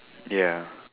ya